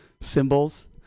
symbols